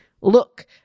look